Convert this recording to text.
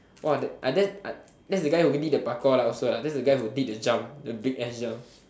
!wah! that ah then ah that's the guy who did the parkour lah also that the guy who did the jump the big ass jump